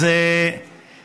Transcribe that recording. הוא כבר בהקשבה.